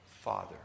father